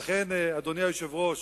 ולכן, אדוני היושב-ראש,